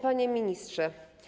Panie Ministrze!